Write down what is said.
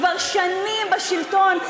כבר שנים בשלטון,